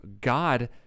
God